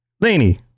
laney